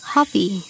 Hobby